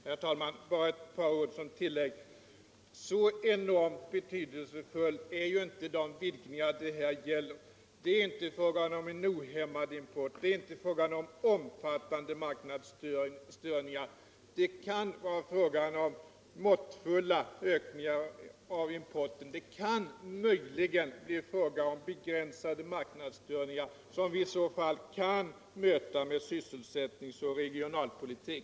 Herr talman! Bara några ord som tillägg. Så enormt betydelsefulla är ju inte de vidgningar det här gäller. Det är inte fråga om en ohämmad import, det är inte fråga om omfattande marknadsstörningar. Det kan vara fråga om måttfulla ökningar av importen, och det kan möjligen bli fråga om begränsade marknadsstörningar som vi i sa tall kan möta med sysselsättningsoch regionalpolitik.